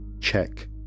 check